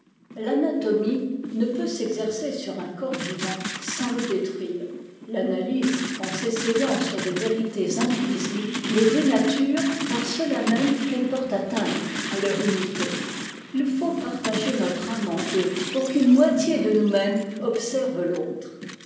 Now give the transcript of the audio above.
l'anatomie ne peut s'exercer sur un corps vivant sans le détruire l'analyse en s'essayant sur des vérités indivisibles les dénature par cela même qu'elle porte atteinte à leur unité il faut partager notre âme en deux pour qu'une moitié de nousmêmes observe l'autre